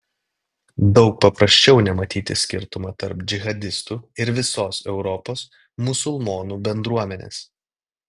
daug paprasčiau nematyti skirtumo tarp džihadistų ir visos europos musulmonų bendruomenės